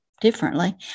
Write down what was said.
differently